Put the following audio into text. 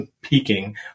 peaking